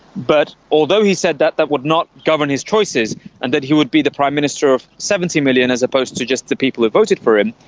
but although he said that that would not govern his choices and that he would be the prime minister of seventy million as opposed to just the people who voted for him,